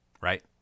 right